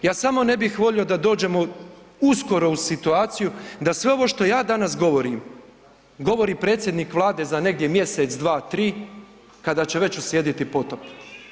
Ja samo ne bih volio da dođemo uskoro u situaciju da sve ovo što ja danas govorim govori predsjednik Vlade za negdje mjesec, dva, tri, kada će već uslijediti potop.